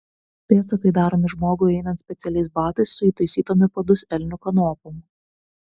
pėdsakai daromi žmogui einant specialiais batais su įtaisytom į padus elnių kanopom